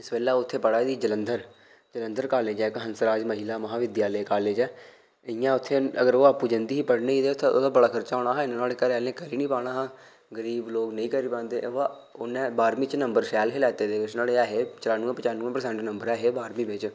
इस बेल्लै ओह् उत्थै पढ़ा दी जलंधर जलंधर कॉलेज ऐ इक हंसराज महिला महाविद्यालय इयां उत्थै अगर ओह् आपूं जंदी ही पढ़ने गी ते उत्थै नुआढ़ा बड़ा खर्चा होना हा इन्ना नुआढ़े घरें आह्लें करी नी पाना हा गरीब लोग नेईं करी पांदे वा उन्नै बारहवीं च नंबर शैल हे लैते दे न्हाड़े ऐ हे चरानवैं पचनवैं परसैंट नंबर ऐ हे बारहवीं बिच